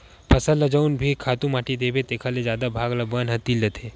फसल ल जउन भी खातू माटी देबे तेखर जादा भाग ल बन ह तीर लेथे